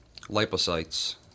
lipocytes